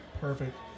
Perfect